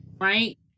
right